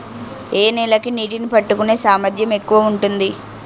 ఏ నేల కి నీటినీ పట్టుకునే సామర్థ్యం ఎక్కువ ఉంటుంది?